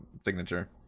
signature